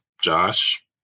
Josh